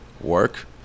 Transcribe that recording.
work